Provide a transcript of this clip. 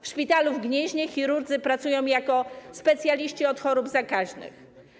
W szpitalu w Gnieźnie chirurdzy pracują jako specjaliści od chorób zakaźnych.